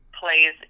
plays